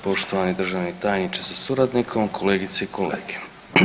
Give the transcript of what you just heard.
Poštovani državni tajniče sa suradnikom, kolegice i kolege.